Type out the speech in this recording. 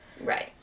Right